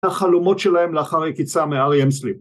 החלומות שלהם לאחרי קיצה מארי אמסליפ